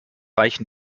weichen